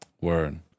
Word